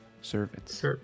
servants